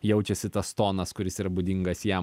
jaučiasi tas tonas kuris yra būdingas jam